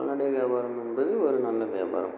கால்நடை வியாபாரம் என்பது ஒரு நல்ல வியாபாரம்